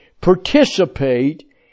participate